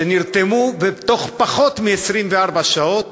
שנרתמו, ובתוך פחות מ-24 שעות